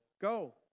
go